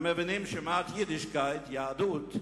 הם מבינים שמעט יידישקייט, יהדות,